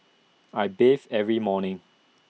I bathe every morning